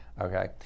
okay